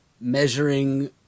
measuring